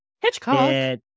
Hitchcock